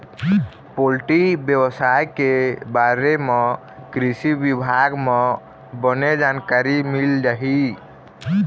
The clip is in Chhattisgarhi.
पोल्टी बेवसाय के बारे म कृषि बिभाग म बने जानकारी मिल जाही